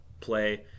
play